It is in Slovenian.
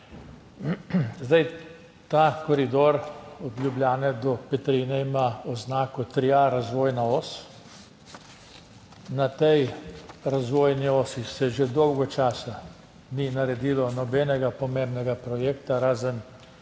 Zdaj, ta koridor od Ljubljane do Petrina ima oznako 3a razvojna os. Na tej razvojni osi se že dolgo časa ni naredilo nobenega pomembnega projekta, razen